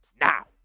now